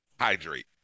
Hydrate